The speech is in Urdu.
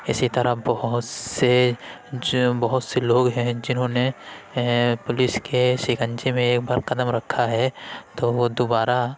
اسی طرح بہت سے بہت سے لوگ ہیں جنہوں نے پولیس کے شکنجے میں ایک بار قدم رکھا ہے تو وہ دوبارہ